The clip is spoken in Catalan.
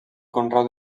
conreu